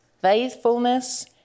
faithfulness